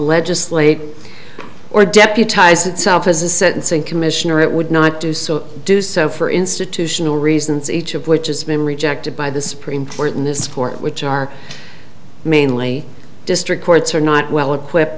legislate or deputize itself as a sentencing commission or it would not do so do so for institutional reasons each of which has been rejected by the supreme court in this court which are mainly district courts are not well equipped